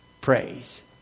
praise